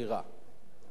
תודה רבה.